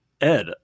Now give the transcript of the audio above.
Ed